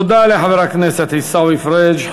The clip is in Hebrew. תודה לחבר הכנסת עיסאווי פריג'.